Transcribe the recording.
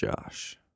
Josh